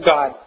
God